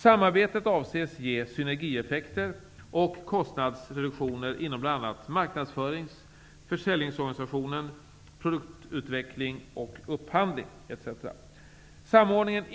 Samarbetet avses ge synergieffekter och kostnadsreduktioner inom bl.a. marknadsförings och försäljningsorganisationen, produktutveckling och upphandling etc.